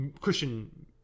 Christian